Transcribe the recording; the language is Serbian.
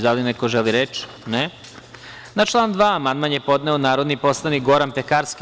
Da li neko želi reč? (Ne.) Na član 2. amandman je podneo narodni poslanik Goran Pekarski.